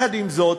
עם זאת,